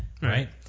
right